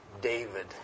David